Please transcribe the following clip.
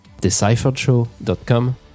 decipheredshow.com